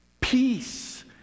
peace